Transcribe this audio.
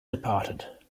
departed